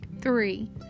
Three